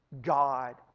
God